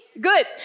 Good